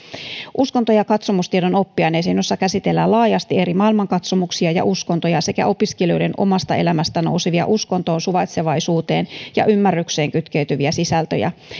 uskonto ja katsomustiedon oppiaineeseen jossa käsitellään laajasti eri maailmankatsomuksia ja uskontoja sekä opiskelijoiden omasta elämästä nousevia uskontoon suvaitsevaisuuteen ja ymmärrykseen kytkeytyviä sisältöjä